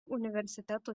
universitetų